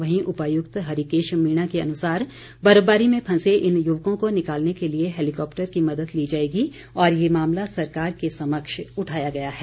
वहीं उपायुक्त हरिकेश मीणा के अनुसार बर्फबारी में फंसे इन युवकों को निकालने के लिए हैलीकॉप्टर की मदद ली जाएगी और ये मामला सरकार के समक्ष उठाया गया है